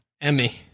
Emmy